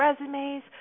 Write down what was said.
resumes